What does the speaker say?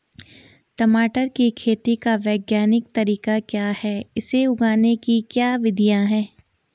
टमाटर की खेती का वैज्ञानिक तरीका क्या है इसे उगाने की क्या विधियाँ हैं?